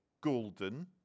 golden